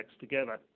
together